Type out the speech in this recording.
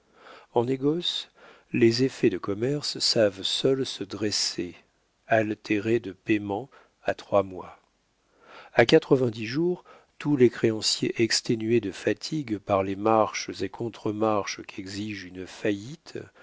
en négoce les effets de commerce savent seuls se dresser altérés de paiement à trois mois a quatre-vingt-dix jours tous les créanciers exténués de fatigue par les marches et contre-marches qu'exige une faillite